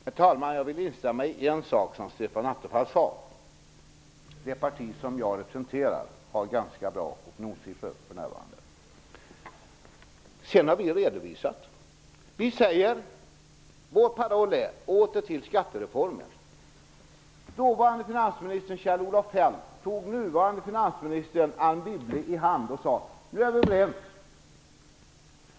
Herr talman! Jag vill ta upp en sak som Stefan Attefall sade. Han sade nämligen att det parti som jag representerar för närvarande har ganska bra opinionssiffror. Vi har kommit med en redovisning. Vår paroll är: Åter till skattereformen. Dåvarande finansministern Kjell-Olof Feldt tog nuvarande finansministern Anne Wibble i hand och sade: Nu är vi överens.